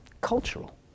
Cultural